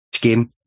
game